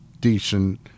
decent